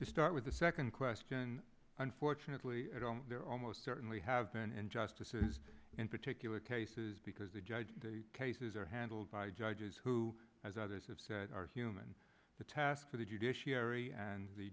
to start with the second question unfortunately there are almost certainly have been injustices in particular cases because the judge cases are handled by judges who as others have said are human the task for the judiciary and the